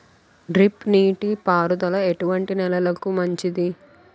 Drip నీటి పారుదల ఎటువంటి నెలలకు మంచిది?